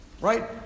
right